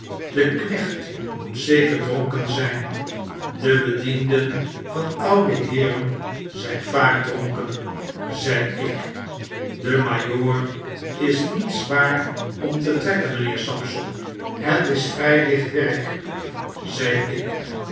de knecht moet zeker dronken zijn de bedienden van oude heeren zijn vaak dronken zei ik de majoor is niet zwaar om te trekken mijnheer sampson het is vrij licht werk zei ik